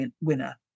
winner